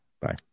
Bye